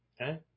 Okay